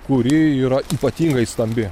kuri yra ypatingai stambi